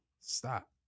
stop